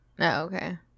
okay